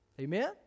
Amen